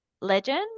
legend